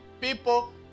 people